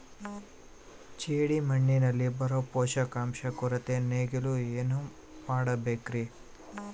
ಜೇಡಿಮಣ್ಣಿನಲ್ಲಿ ಬರೋ ಪೋಷಕಾಂಶ ಕೊರತೆ ನೇಗಿಸಲು ಏನು ಮಾಡಬೇಕರಿ?